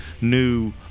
new